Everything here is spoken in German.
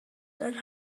dann